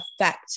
affect